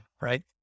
right